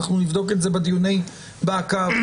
נבדוק את זה בדיוני הבקרה,